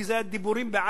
כי זה היה דיבורים בעלמא.